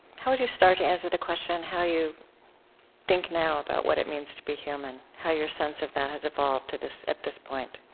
how would you start to answer the question how you think now about what it means to be human, how your sense of that has evolved to this at this point?